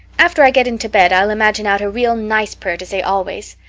after i get into bed i'll imagine out a real nice prayer to say always.